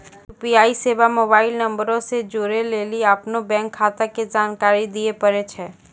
UPI सेबा mobile नंबरो से जोड़ै लेली अपनो बैंक खाता के जानकारी दिये पड़ै छै